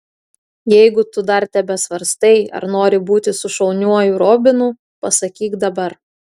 jeigu tu dar tebesvarstai ar nori būti su šauniuoju robinu pasakyk dabar